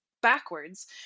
backwards